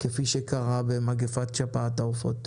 כפי שקרה במגפת שפעת העופות.